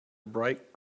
bright